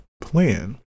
plan